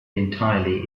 entirely